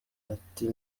ati